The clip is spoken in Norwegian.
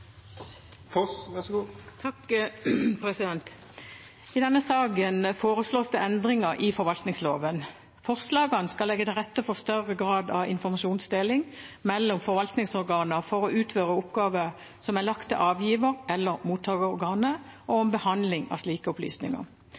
I denne saken foreslås det endringer i forvaltningsloven. Forslagene skal legge til rette for større grad av informasjonsdeling mellom forvaltningsorganer for å utføre oppgaver som er lagt til avgiver- eller mottakerorganet, og om behandling av slike